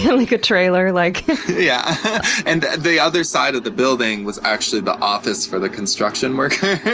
like a trailer. like yeah and the other side of the building was actually the office for the construction worker.